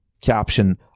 Caption